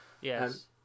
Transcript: Yes